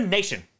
Nation